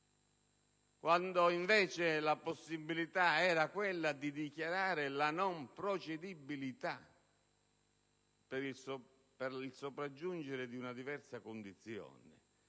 quando invece la possibilità era quella di dichiarare la non procedibilità per il sopraggiungere di una diversa condizione.